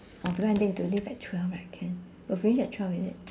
oh because I need to leave at twelve right can we'll finish at twelve is it